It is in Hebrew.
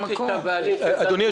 אדוני